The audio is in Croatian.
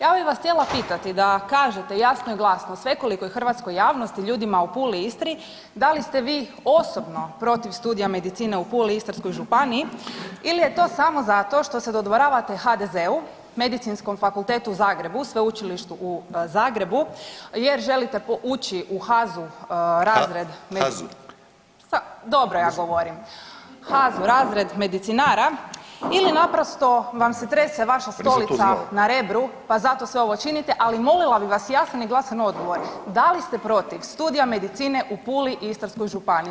Ja bih vas htjela pitati da kažete jasno i glasno svekolikoj hrvatskoj javnosti, ljudima u Puli i Istri da li ste vi osobno protiv studija medicine u Puli i Istarskoj županiji ili je to samo zato što se dodvoravate HDZ-u, Medicinskom fakultetu u Zagrebu, Sveučilištu u Zagrebu jer želite poući u HAZU razred [[Upadica: HAZU?]] pa dobro ja govorim HAZU razred medicinara ili naprosto vam se trese vaša stolica [[Upadica: Pa nisam to znao.]] na Rebru pa zato sve ovo činite, ali molila bih vas jasan i glasan odgovor, da li ste protiv studija medicine u Puli i Istarskoj županiji?